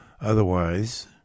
Otherwise